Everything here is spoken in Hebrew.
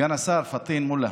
סגן השר פטין מולא.